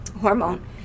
hormone